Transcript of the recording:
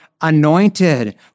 anointed